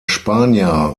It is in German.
spanier